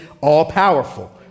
all-powerful